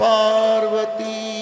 Parvati